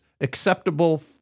acceptable